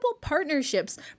partnerships